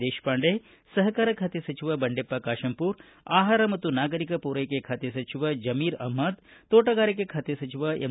ದೇಶಪಾಂಡೆ ಸಹಕಾರ ಖಾತೆ ಸಚಿವ ಬಂಡೆಪ್ಪ ಕಾತೆಂಮರ ಆಹಾರ ಮತ್ತು ನಾಗರಿಕ ಪೂರೈಕೆ ಖಾತೆ ಸಚಿವ ಜಮೀರ್ ಅಹ್ಮದ್ ಶೋಟಗಾರಿಕೆ ಖಾತೆ ಸಚಿವ ಎಂ